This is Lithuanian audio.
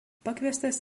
pakviestas